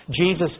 Jesus